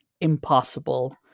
impossible